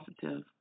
positive